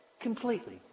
Completely